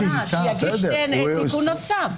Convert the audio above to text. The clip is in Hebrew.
שיגיש תיקון נוסף.